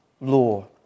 law